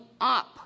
up